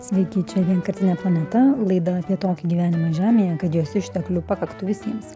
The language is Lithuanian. sveiki čia vienkartinė planeta laida apie tokį gyvenimą žemėje kad jos išteklių pakaktų visiems